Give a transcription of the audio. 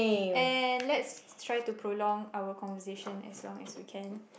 and let's try to prolong our conversation as long as we can